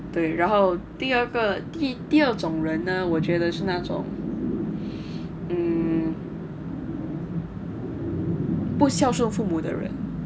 对然后第二个的第二种人呢我觉得是那种 um 不孝顺父母的人